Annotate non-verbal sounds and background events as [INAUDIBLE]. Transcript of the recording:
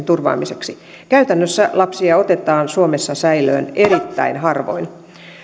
[UNINTELLIGIBLE] turvaamiseksi käytännössä lapsia otetaan suomessa säilöön erittäin harvoin